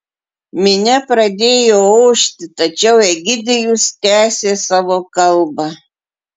minia pradėjo ošti tačiau egidijus tęsė savo kalbą